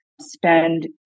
spend